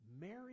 Mary